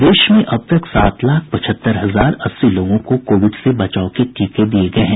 प्रदेश में अब तक सात लाख पचहत्तर हजार अस्सी लोगों को कोविड से बचाव के टीके दिये गये हैं